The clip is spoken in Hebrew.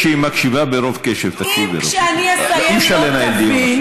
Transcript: אם כשאני אסיים לא תבין,